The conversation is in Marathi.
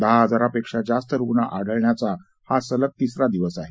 दहा हजारपेक्षा जास्त रुग्ण आढळण्याचा हा सलग तिसरा दिवस आहे